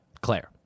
Claire